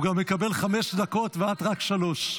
הוא גם מקבל חמש דקות, ואת רק שלוש.